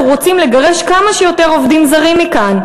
רוצים לגרש כמה שיותר עובדים זרים מכאן.